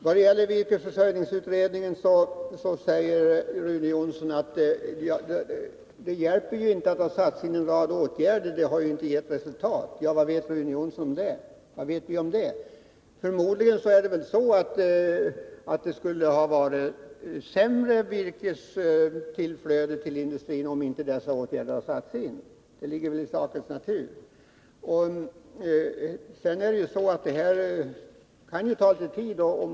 När det gäller virkesförsörjningsutredningen säger Rune Jonsson att det inte hjälper att en rad åtgärder har satts in — de har ju inte givit något resultat. Ja, vad vet vi om det? Förmodligen skulle det ha varit sämre virkestillflöde till industrin om inte dessa åtgärder hade satts in. Det ligger väl i sakens natur. Sedan kan det ju ta litet tid innan åtgärderna ger effekt.